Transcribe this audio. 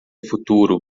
futuro